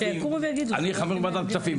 אני חבר בוועדת הכספים,